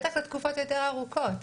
בטח לתקופות יותר ארוכות.